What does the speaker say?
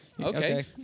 Okay